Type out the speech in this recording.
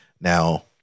Now